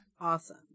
Awesome